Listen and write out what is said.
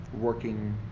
working